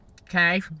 okay